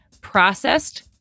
processed